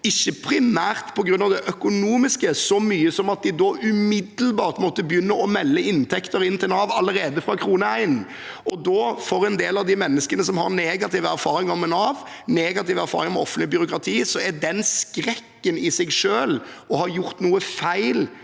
ikke primært så mye på grunn av det økonomiske som at de da umiddelbart måtte begynne å melde inntekter inn til Nav allerede fra første krone. For en del av de menneskene som har negative erfaringer med Nav, negative erfaringer med offentlig byråkrati, er skrekken for å ha gjort noe feil,